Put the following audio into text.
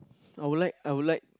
I would like I would like